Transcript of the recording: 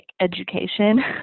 education